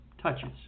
touches